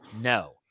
No